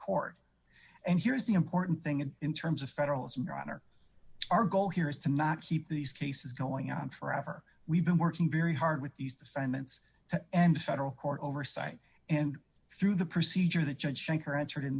court and here is the important thing and in terms of federalism your honor our goal here is to not keep these cases going on forever we've been working very hard with these defendants and federal court oversight and through the procedure that judge shanker answered in